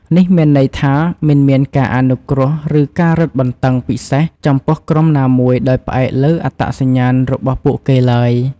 នេះមានន័យថា មិនមានការអនុគ្រោះ ឬការរឹតបន្តឹងពិសេសចំពោះក្រុមណាមួយដោយផ្អែកលើអត្តសញ្ញាណរបស់ពួកគេឡើយ។